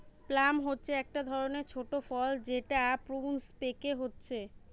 plum হচ্ছে একটা ধরণের ছোট ফল যেটা প্রুনস পেকে হচ্ছে